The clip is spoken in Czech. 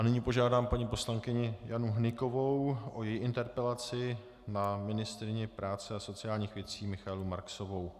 Nyní požádám paní poslankyni Janu Hnykovou o její interpelaci na ministryni práce a sociálních věcí Michaelu Marksovou.